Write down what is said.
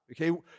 Okay